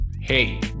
Hey